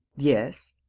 yes.